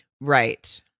Right